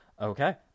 okay